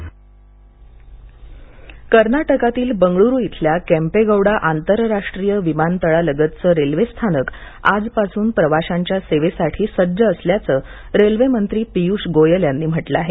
विमानतळालगतचं railway स्थानक कर्नाटकातील बंगळ्रू इथल्या केंपेगौडा आंतरराष्ट्रीय विमानतळालगतचं रेल्वे स्थानक आजपासून प्रवाशांच्या सेवेसाठी सज्ज असल्याचं रेल्वेमंत्री पीयूष गोयल यांनी म्हटलं आहे